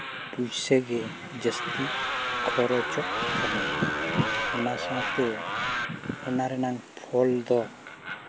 ᱯᱚᱭᱥᱟ ᱜᱮ ᱡᱟᱹᱥᱛᱤ ᱠᱷᱚᱨᱚᱪᱚᱜ ᱠᱟᱱᱟ ᱚᱱᱟ ᱥᱟᱶᱛᱮ ᱚᱱᱟ ᱨᱮᱱᱟᱝ ᱯᱷᱚᱞ ᱫᱚ